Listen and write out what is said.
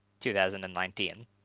2019